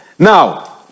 Now